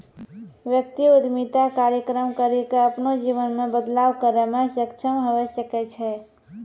व्यक्ति उद्यमिता कार्यक्रम करी के अपनो जीवन मे बदलाव करै मे सक्षम हवै सकै छै